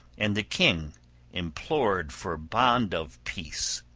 and the king implored for bond of peace.